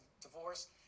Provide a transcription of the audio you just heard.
divorce